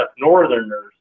northerners